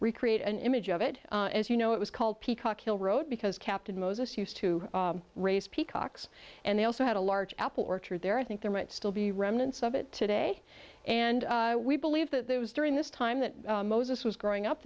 recreate an image of it as you know it was called peacock hill road because captain moses used to race peacocks and they also had a large apple orchard there i think there might still be remnants of it today and we believe that there was during this time that moses was growing up